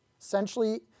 Essentially